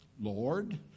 Lord